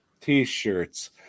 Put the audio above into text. T-shirts